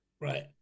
Right